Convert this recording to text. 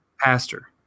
Pastor